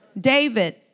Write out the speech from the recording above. David